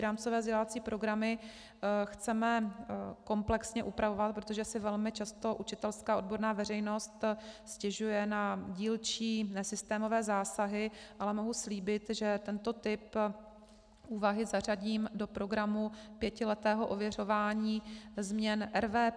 Rámcové vzdělávací programy chceme komplexně upravovat, protože si velmi často učitelská odborná veřejnost stěžuje na dílčí nesystémové zásahy, ale mohu slíbit, že tento typ úvahy zařadím do programu pětiletého ověřování změn RVP.